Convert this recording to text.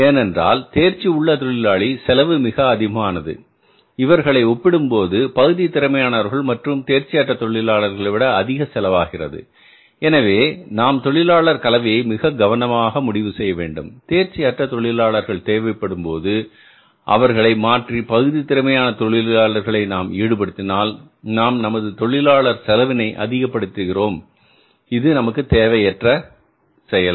ஏனென்றால் தேர்ச்சி உள்ள தொழிலாளி செலவு மிக அதிகமானது இவர்களை ஒப்பிடும்போது பகுதி திறமையானவர்கள் மற்றும் தேர்ச்சி அற்ற தொழிலாளர்கள் விட அதிக செலவாகிறது எனவே நாம் தொழிலாளர் கலவையை மிக கவனமாக முடிவு செய்ய வேண்டும் தேர்ச்சி அற்ற தொழிலாளர்கள் தேவைப்படும்போது அவர்களை மாற்றி பகுதி திறமையான தொழிலாளர்களை ஈடுபடுத்தினால் நாம் நமது தொழிலாளர் செலவினை அதிகப் படுத்துகிறோம் இது நமக்கு தேவையற்றது